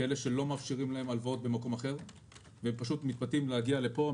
כאלה שלא מאפשרים להם הלוואות במקום אחר והם פשוט מתפתים להגיע לפה,